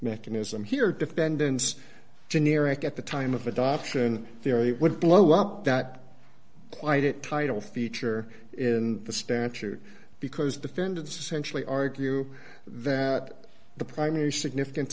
mechanism here defendants generic at the time of adoption theory would blow up that might it title feature in the statute because defendants essentially argue that the primary significance